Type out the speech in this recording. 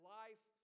life